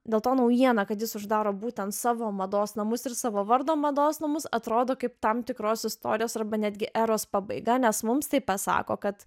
dėl to naujiena kad jis uždaro būtent savo mados namus ir savo vardo mados namus atrodo kaip tam tikros istorijos arba netgi eros pabaiga nes mums tai pasako kad